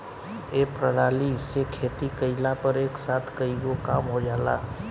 ए प्रणाली से खेती कइला पर एक साथ कईगो काम हो जाला